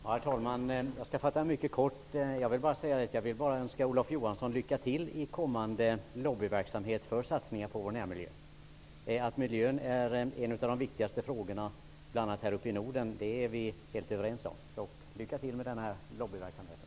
Herr talman! Jag skall fatta mig mycket kort. Jag vill bara önska Olof Johansson lycka till i kommande lobbyverksamhet för satsningar på vår närmiljö. Att miljön är en av de viktigaste frågorna, särskilt här uppe i Norden, är vi helt överens om. Så lycka till med den lobbyverksamheten!